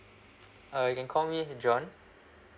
uh you can call me john